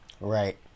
right